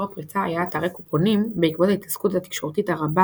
הפריצה היה אתרי קופונים בעקבות ההתעסקות התקשורתית הרבה